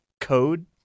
code